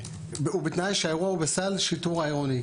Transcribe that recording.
ובתנאי שהאירוע שהוא בסל השיטור העירוני.